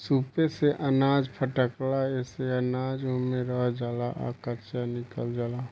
सूप से अनाज फटकाला एसे अनाज ओमे रह जाला आ कचरा निकल जाला